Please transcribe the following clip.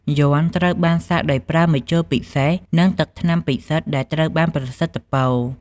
យ័ន្តត្រូវបានសាក់ដោយប្រើម្ជុលពិសេសនិងទឹកថ្នាំពិសិដ្ឋដែលត្រូវបានប្រសិទ្ធិពរ។